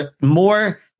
more